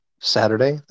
Saturday